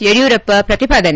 ಯಡಿಯೂರಪ್ಪ ಪ್ರತಿಪಾದನೆ